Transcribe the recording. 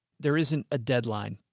there isn't a deadline.